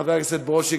חבר הכנסת ברושי,